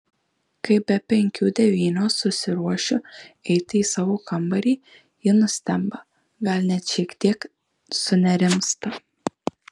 kai be penkių devynios susiruošiu eiti į savo kambarį ji nustemba gal net šiek tiek sunerimsta